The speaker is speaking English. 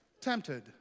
tempted